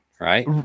right